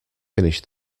finish